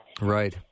Right